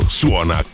suona